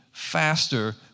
faster